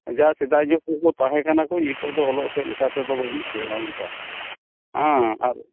ᱡᱟ ᱥᱮᱫᱟᱭ ᱧᱚᱜ ᱠᱚᱠᱚ ᱛᱟᱦᱮᱸ ᱠᱟᱱᱟ ᱠᱚ ᱱᱤᱛᱚᱜ ᱫᱚ ᱚᱞᱚᱜ ᱥᱮᱫ ᱞᱮᱠᱟ ᱛᱮᱫᱚ ᱵᱟᱹᱱᱩᱜ ᱠᱚᱣᱟ ᱚᱱᱠᱟ ᱦᱮᱸ ᱟᱨ